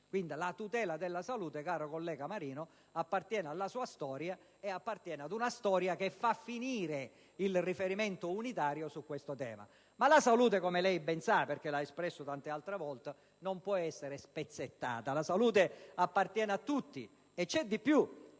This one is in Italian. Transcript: salute, senatore Marino, appartiene alla sua storia, ad una storia che fa concludere il riferimento unitario su questo tema. Ma la salute, come lei ben sa perché l'ha espresso tante volte, non può essere spezzettata. La salute appartiene a tutti, e vi è di più: